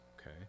okay